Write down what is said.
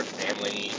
family